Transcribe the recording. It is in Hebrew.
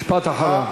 משפט אחרון.